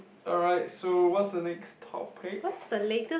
alright so what's the next topic